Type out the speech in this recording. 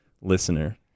listener